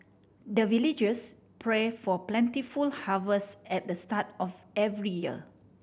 the villagers pray for plentiful harvest at the start of every year